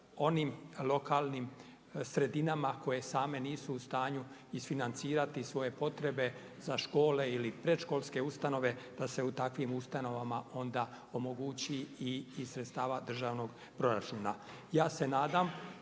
onim lokalnim sredinama koje same nisu u stanju isfinancirati svoje potrebe za škole ili predškolske ustanove, da se u takvim ustanovama onda omogući i iz sredstava državnog proračuna. Ja se nadam